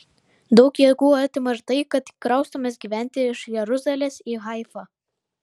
daug jėgų atima ir tai kad kraustomės gyventi iš jeruzalės į haifą